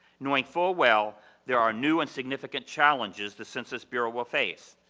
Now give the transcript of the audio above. knowing full well there are new and significant challenges the census bureau will face.